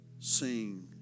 Sing